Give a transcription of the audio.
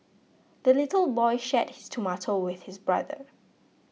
the little boy shared his tomato with his brother